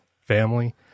family